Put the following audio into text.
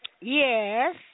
Yes